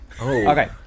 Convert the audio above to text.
Okay